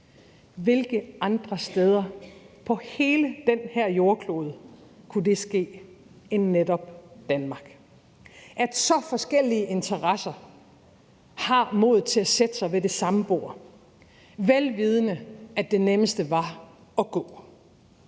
Hvilke andre steder på hele den her jordklode kunne det ske end netop Danmark, at så forskellige interesser havde modet til at sætte sig ved det samme bord, vel vidende at det nemmeste var at gå?